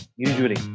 Usually